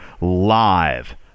live